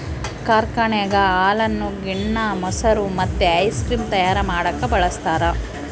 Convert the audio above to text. ಕಾರ್ಖಾನೆಗ ಹಾಲನ್ನು ಗಿಣ್ಣ, ಮೊಸರು ಮತ್ತೆ ಐಸ್ ಕ್ರೀಮ್ ತಯಾರ ಮಾಡಕ ಬಳಸ್ತಾರ